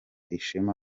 ishema